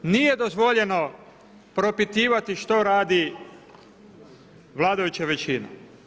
Nije dozvoljeno propitivati što radi vladajuća većina.